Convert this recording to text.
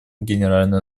генеральной